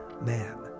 man